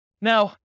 Now